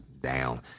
down